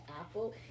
Apple